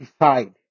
decide